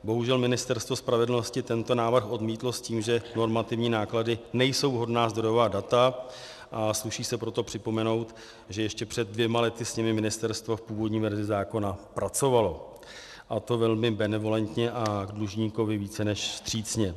Bohužel Ministerstvo spravedlnosti tento návrh odmítlo s tím, že normativní náklady nejsou vhodná zdrojová data, a sluší se proto připomenout, že ještě před dvěma lety s nimi ministerstvo v původní verzi zákona pracovalo, a to velmi benevolentně a k dlužníkovi více než vstřícně.